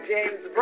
James